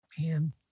man